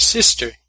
Sister